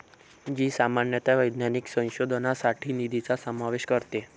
जी सामान्यतः वैज्ञानिक संशोधनासाठी निधीचा समावेश करते